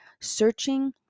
searching